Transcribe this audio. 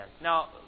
Now